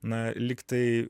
na lyg tai